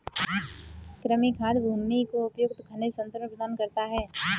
कृमि खाद भूमि को उपयुक्त खनिज संतुलन प्रदान करता है